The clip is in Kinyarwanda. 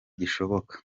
gishoboka